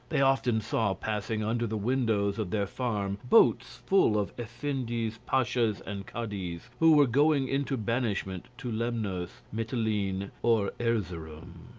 they often saw passing under the windows of their farm boats full of effendis, pashas, and cadis, who were going into banishment to lemnos, mitylene, or erzeroum.